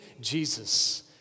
Jesus